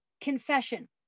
Confession